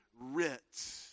writ